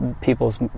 people's